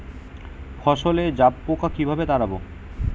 ফসলে জাবপোকা কিভাবে তাড়াব?